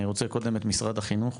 אני רוצה קודם את משרד החינוך